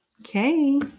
Okay